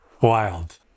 Wild